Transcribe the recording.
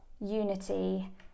unity